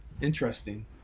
Interesting